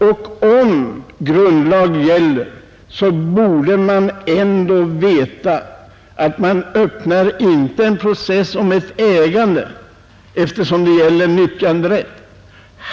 Även om kronans rätt är fastställd i grundlag borde man ändå veta att man öppnar inte en process om ett ägande när det är fråga om nyttjanderätt.